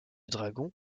dragon